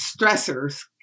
stressors